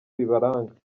bibaranga